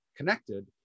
Connected